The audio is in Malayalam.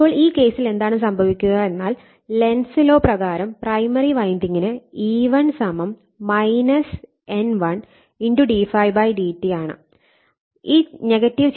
അപ്പോൾ ഈ കേസിൽ എന്താണ് സംഭവിക്കുക എന്നാൽ ലെൻസ് ലോ Lenzs law പ്രകാരം പ്രൈമറി വൈൻഡിങ്ങിന് E1 N1 d∅ dt ആണ്